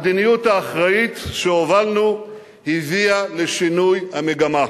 המדיניות האחראית שהובלנו הביאה לשינוי המגמה,